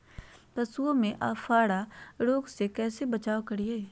पशुओं में अफारा रोग से कैसे बचाव करिये?